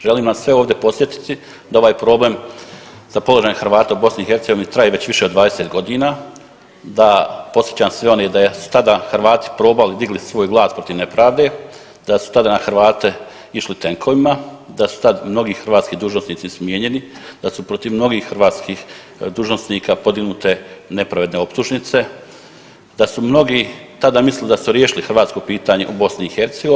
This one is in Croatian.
Želim vas sve ovdje podsjetiti da ovaj problem sa položajem Hrvata u BiH traje već više od 20 godina, da podsjećam sve one da jesu tada Hrvati probali digli svoj glas protiv nepravde, da su tada na Hrvate išli tenkovima, da su tada mnogi hrvatski dužnosnici smijenjeni, da su protiv mnogih hrvatskih dužnosnika podignute nepravedne optužnice, da su mnogi tada mislili da su riješili hrvatsko pitanje u BiH.